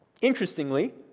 interestingly